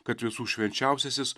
kad visų švenčiausiasis